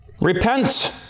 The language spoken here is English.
Repent